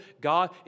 God